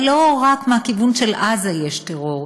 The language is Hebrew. אבל לא רק מהכיוון של עזה יש טרור.